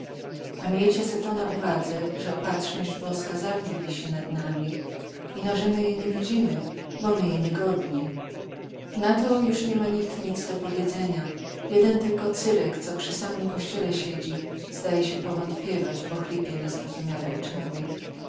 a miejcie se to na uwadze że opatrzność boska zawdy wisi nad nami ino że my je nie widzimy bo my je niegodni na to już nie ma nikt nic do powiedzenia jeden tylko cyrek co przy samym kościele siedzi zdaje się powątpiewać bo chlipie niezrozumiale oczami